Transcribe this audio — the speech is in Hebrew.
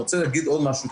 אני רוצה להגיד עוד משהו,